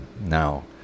Now